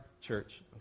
church